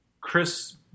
Chris